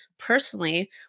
personally